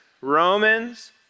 Romans